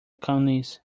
counties